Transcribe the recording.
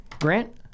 Grant